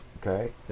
okay